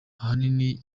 ahanini